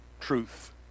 truth